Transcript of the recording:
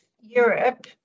Europe